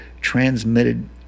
transmitted